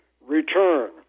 return